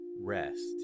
rest